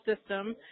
system